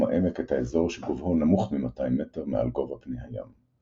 העמק את האזור שגובהו נמוך מ-200 מטר מעל גובה פני הים.